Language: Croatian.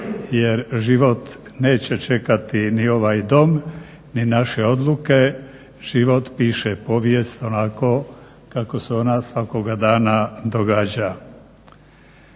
jer život neće čekati ni ovaj Dom ni naše odluke, život piše povijest onako kako se ona svakoga dana događa.